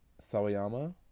Sawayama